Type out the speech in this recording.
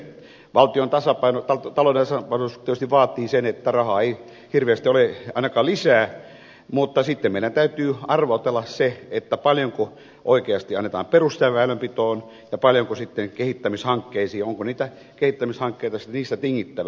valtiontaloudellinen tasapaino tietysti vaatii sen että rahaa ei hirveästi ole ainakaan lisää mutta sitten meidän täytyy arvotella se paljonko oikeasti annetaan perusväylänpitoon ja paljonko sitten kehittämishankkeisiin onko niistä kehittämishankkeista sitten tingittävä